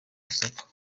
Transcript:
isoko